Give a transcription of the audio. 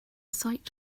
sight